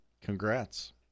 Congrats